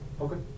Okay